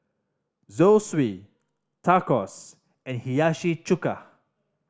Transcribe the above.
Zosui Tacos and Hiyashi Chuka